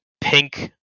pink